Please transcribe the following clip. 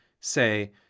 say